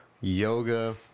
yoga